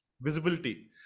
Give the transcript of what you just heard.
visibility